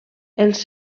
els